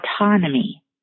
autonomy